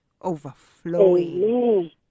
overflowing